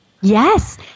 yes